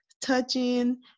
touching